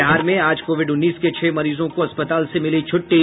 बिहार में आज कोविड उन्नीस के छह मरीजों को अस्पताल से मिली छूट़टी